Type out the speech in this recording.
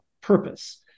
purpose